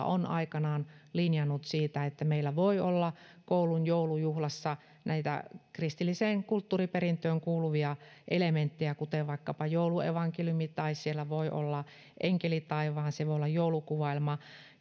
on aikanaan linjannut että meillä voi olla koulun joulujuhlassa näitä kristilliseen kulttuuriperintöön kuuluvia elementtejä kuten vaikkapa jouluevankeliumi tai enkeli taivaan tai joulukuvaelma